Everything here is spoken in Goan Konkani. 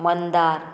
मंदार